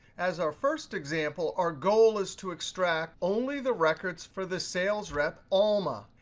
as our first example, our goal is to extract only the records for the sales rep alma.